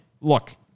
look